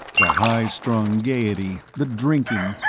the high-strung gaiety, the drinking,